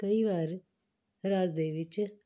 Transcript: ਕਈ ਵਾਰ ਰਾਜ ਦੇ ਵਿੱਚ